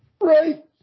Right